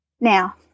Now